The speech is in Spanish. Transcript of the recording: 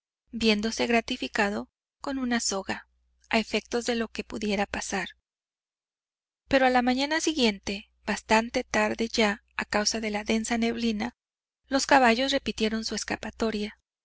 viéndose gratificado con una soga a efectos de lo que pudiera pasar pero a la mañana siguiente bastante tarde ya a causa de la densa neblina los caballos repitieron su escapatoria